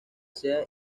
sea